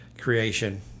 creation